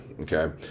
Okay